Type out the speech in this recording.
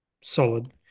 solid